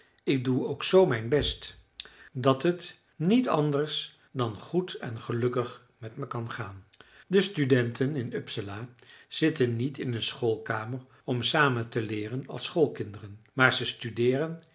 ik doe ook zoo mijn best dat het niet anders dan goed en gelukkig met me kan gaan de studenten in uppsala zitten niet in een schoolkamer om samen te leeren als schoolkinderen maar ze studeeren